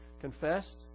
confessed